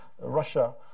Russia